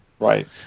Right